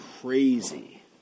crazy